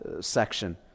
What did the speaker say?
section